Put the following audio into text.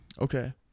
okay